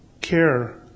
care